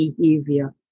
behavior